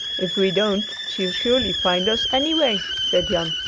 if we don't, she'll surely find us, anyway, said jan.